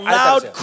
loud